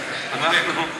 מי מוסמך לומר לי?